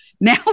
Now